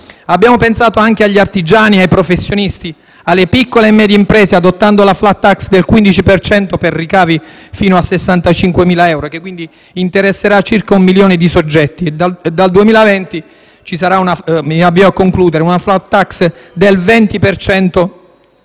Abbiamo pensato anche agli artigiani e ai professionisti, alle piccole e medie imprese, adottando la *flat tax* del 15 per cento per ricavi fino a 65.000 euro, che quindi interesserà circa un milione di soggetti; dal 2020 ci sarà una *flat tax* del 20